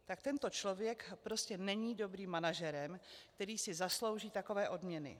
Tak tento člověk prostě není dobrým manažerem, který si zaslouží takové odměny.